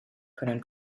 können